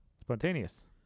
Spontaneous